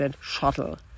shuttle